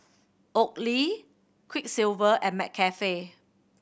Oakley Quiksilver and McCafe